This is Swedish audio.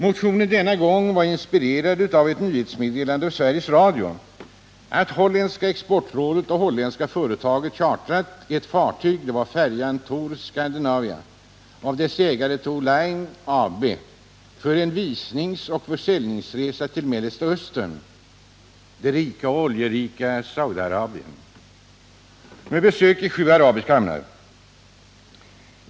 Motionen var denna gång inspirerad av ett nyhetsmeddelande i Sveriges Radio att Hollands exportråd och holländska företagare hade chartrat ett fartyg, färjan Tor Scandinavia, av dess ägare Tor Line AB för en visningsoch försäljningsresa till Mellersta Östern, det rika och oljerika Saudi-Arabien, med besök i sju arabiska hamnar.